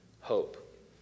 hope